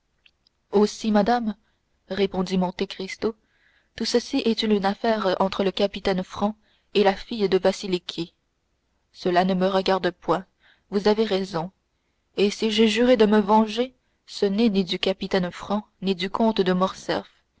aussi madame répondit monte cristo tout ceci est-il une affaire entre le capitaine franc et la fille de vasiliki cela ne me regarde point vous avez raison et si j'ai juré de me venger ce n'est ni du capitaine franc ni du comte de morcerf